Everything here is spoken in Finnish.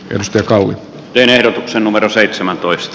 jos velka oli pienen otoksen numero seitsemäntoista